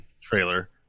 trailer